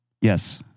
yes